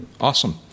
Awesome